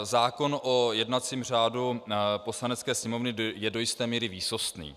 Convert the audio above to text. Zákon o jednacím řádu Poslanecké sněmovny je do jisté míry výsostný.